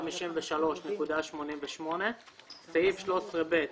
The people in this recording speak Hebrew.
453.88 (6)סעיף 13ב(1)